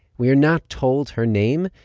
we're not told her name,